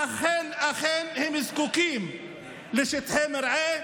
ואכן הם זקוקים לשטחי מרעה,